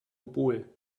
oboe